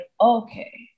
okay